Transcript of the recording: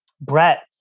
Brett